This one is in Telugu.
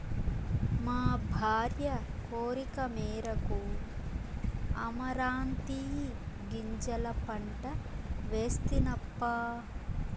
మా భార్య కోరికమేరకు అమరాంతీ గింజల పంట వేస్తినప్పా